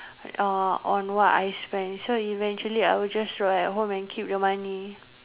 uh on what I spend so eventually I will just rot at home and keep the money